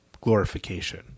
glorification